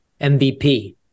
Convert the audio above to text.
MVP